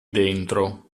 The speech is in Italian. dentro